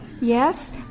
Yes